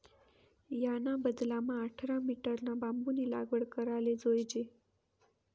याना बदलामा आठरा मीटरना बांबूनी लागवड कराले जोयजे